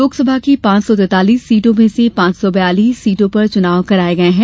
लोकसभा की पांच सौ तैतालीस सीटों में से पांच सौ बयालीस सीटों पर चुनाव कराए गए हैं